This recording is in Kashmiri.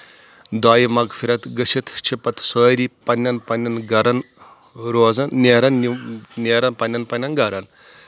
دایہِ مغفرت گٔژھِتھ چھِ پتہٕ سٲری پنٕنؠن پنٕنؠن گرن روزان نیران نیران پنٕنؠن پنٕنؠن گرن